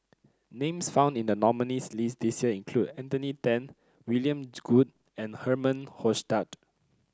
names found in the nominees' list this year include Anthony Then William Goode and Herman Hochstadt